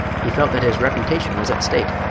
he felt that his reputation was at stake,